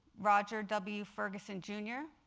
roger w. ferguson, jr,